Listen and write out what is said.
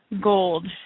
Gold